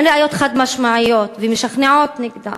אין ראיות חד-משמעיות ומשכנעות נגדה.